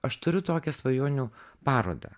aš turiu tokią svajonių parodą